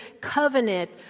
covenant